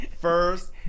first